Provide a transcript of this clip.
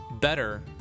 better